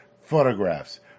Photographs